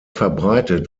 verbreitet